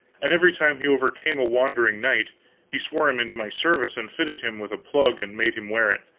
and every time he overcame a wandering knight he swore him into my service and fitted him with a plug and made him wear it.